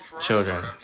Children